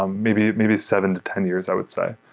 um maybe maybe seven to ten years i would say.